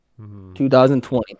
2020